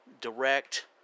direct